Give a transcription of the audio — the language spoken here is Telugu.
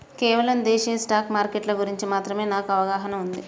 కేవలం దేశీయ స్టాక్ మార్కెట్ల గురించి మాత్రమే నాకు అవగాహనా ఉంది